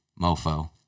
mofo